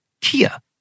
Kia